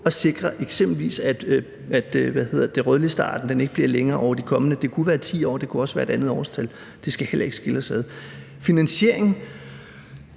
at sikre, at f.eks. listen over rødlistearter ikke bliver længere over de kommende år – det kunne være over 10 år, det kunne også være et andet åremål; det skal heller ikke skille os ad. Hvad angår